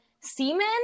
semen